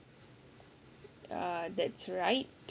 ya that's right